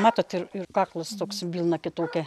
matot ir ir kaklas toks vilna kitokia